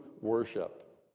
worship